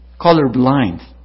colorblind